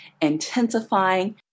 intensifying